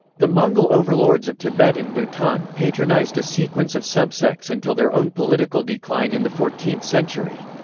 the mongol overlords of tibet and bhutan patronized a sequence of subsects until their own political decline in the fourteenth century.